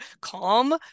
calm